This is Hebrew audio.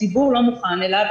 הציבור לא מוכן אליו.